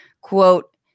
quote